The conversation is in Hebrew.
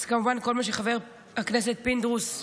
אז כמובן כל מה שחבר הכנסת פינדרוס אמר.